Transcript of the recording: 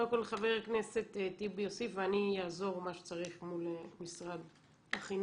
קודם כול חבר הכנסת טיבי יוסיף ואני אעזור מה שצריך מול משרד החינוך.